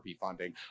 Funding